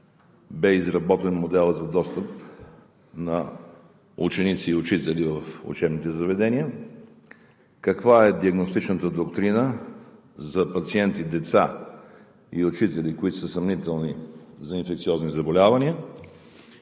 бе изработен моделът за достъп на ученици и учители в учебните заведения; каква е диагностичната доктрина за пациенти – деца и учители, които са съмнителни за инфекциозни заболявания;